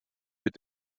mit